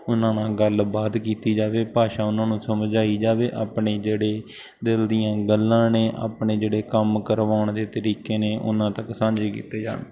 ਉਹਨਾਂ ਨਾਲ ਗੱਲਬਾਤ ਕੀਤੀ ਜਾਵੇ ਭਾਸ਼ਾ ਉਹਨਾਂ ਨੂੰ ਸਮਝਾਈ ਜਾਵੇ ਆਪਣੀ ਜਿਹੜੇ ਦਿਲ ਦੀਆਂ ਗੱਲਾਂ ਨੇ ਆਪਣੇ ਜਿਹੜੇ ਕੰਮ ਕਰਵਾਉਣ ਦੇ ਤਰੀਕੇ ਨੇ ਉਹਨਾਂ ਤੱਕ ਸਾਂਝੇ ਕੀਤੇ ਜਾਣ